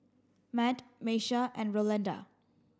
Matt Miesha and Rolanda